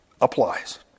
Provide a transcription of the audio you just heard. applies